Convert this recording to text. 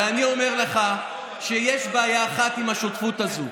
ואני אומר לך שיש בעיה אחת עם השותפות הזאת.